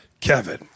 Kevin